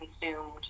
consumed